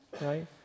right